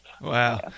Wow